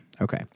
Okay